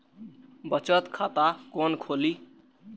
हम बचत खाता कोन खोली?